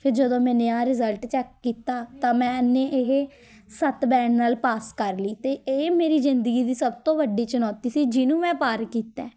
ਫਿਰ ਜਦੋਂ ਮੈਨੇ ਆ ਰਿਜ਼ਲਟ ਚੈਕ ਕੀਤਾ ਤਾਂ ਮੈਂ ਇੰਨੀ ਇਹ ਸੱਤ ਬੈਂਡ ਨਾਲ ਪਾਸ ਕਰ ਲਈ ਅਤੇ ਇਹ ਮੇਰੀ ਜ਼ਿੰਦਗੀ ਦੀ ਸਭ ਤੋਂ ਵੱਡੀ ਚੁਣੌਤੀ ਸੀ ਜਿਹਨੂੰ ਮੈਂ ਪਾਰ ਕੀਤਾ